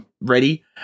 ready